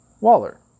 Waller